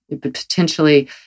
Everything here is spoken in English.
potentially